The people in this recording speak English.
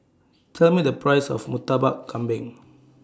Tell Me The Price of Murtabak Kambing